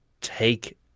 take